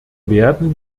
werden